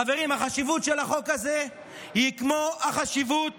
חברים, החשיבות של החוק הזה היא כמו החשיבות